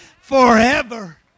forever